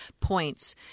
points